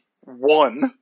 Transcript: one